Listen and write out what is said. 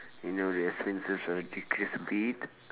you know the expenses I will decrease a bit